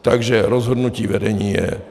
Takže rozhodnutí vedení je.